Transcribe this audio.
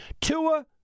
Tua